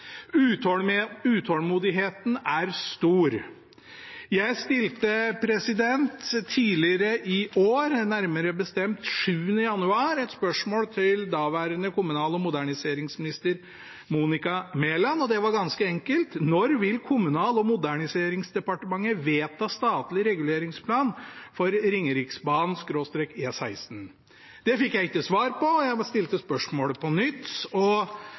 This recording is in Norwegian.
gang med som en del av Bergensbanens forkortelse. Utålmodigheten er stor. Jeg stilte tidligere i år, nærmere bestemt 7. januar, et spørsmål til daværende kommunal- og moderniseringsminister Monika Mæland, og det var ganske enkelt: Når vil Kommunal- og moderniseringsdepartementet vedta statlig reguleringsplan for Ringeriksbanen/E16? Det fikk jeg ikke svar på, og jeg stilte spørsmålet på nytt. Svaret ble da besvart 21. januar, og